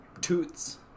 toots